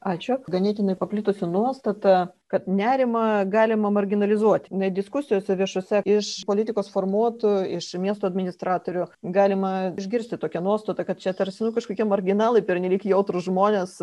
ačiū ganėtinai paplitusi nuostata kad nerimą galima marginalizuoti net diskusijose viešose iš politikos formuotojų iš miesto administratorių galima išgirsti tokią nuostatą kad čia tarsi nu kažkokie marginalai pernelyg jautrūs žmonės